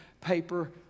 paper